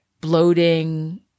bloating